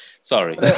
sorry